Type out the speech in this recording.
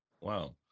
Wow